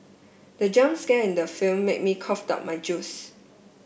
the jump scare in the film made me cough out my juice